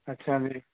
अच्छा